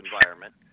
environment